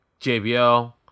JBL